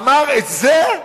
אמר: "את זה?"